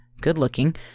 good-looking